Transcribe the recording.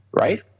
Right